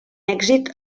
èxit